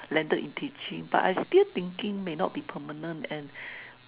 landed in teaching but I still thinking may not be permanent and